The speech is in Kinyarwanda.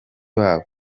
babo